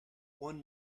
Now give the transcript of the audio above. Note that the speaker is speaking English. one